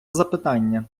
запитання